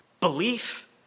Belief